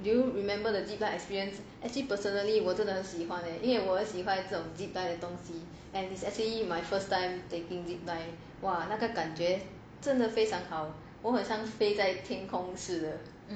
do you remember the zipline experience actually personally 我真的很喜欢 leh 因为我喜欢这种 zipline 的东西 and it's actually my first time taking the zipline 那个感觉真的非常好我很像飞在空中时的